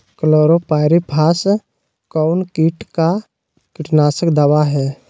Chlorpyrifos कौन किट का कीटनाशक दवा है?